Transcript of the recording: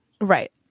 Right